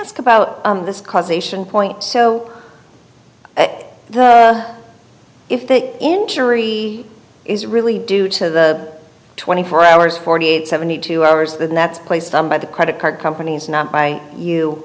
ask about this causation point so if that injury is really due to the twenty four hours forty eight seventy two hours then that's placed on by the credit card companies not by you